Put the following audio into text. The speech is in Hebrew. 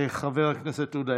חבר הכנסת עודה,